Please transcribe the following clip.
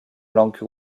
langue